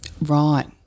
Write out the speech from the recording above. Right